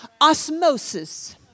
Osmosis